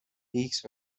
ایکس